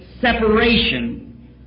separation